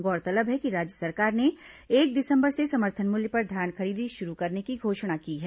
गौरतलब है कि राज्य सरकार ने एक दिसंबर से समर्थन मूल्य पर धान खरीदी शुरू करने की घोषणा की है